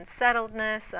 unsettledness